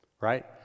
right